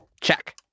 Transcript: Check